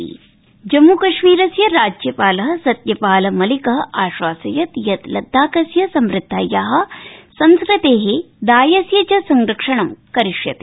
जम्म कश्मीर राज्यपाल जम्म् कश्मीरस्य राज्यपाल सत्यपाल मलिक आश्वासयत यत लददाखस्य समृदधाया संस्कृते दायस्य च संरक्षणं करिष्यते